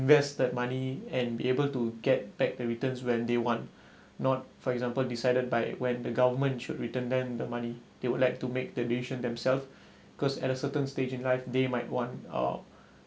invest that money and be able to get back the returns when they want not for example decided by when the government should return then the money they would like to make the decision themselves cause at a certain stage in life they might want uh